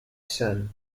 son